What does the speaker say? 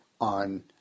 on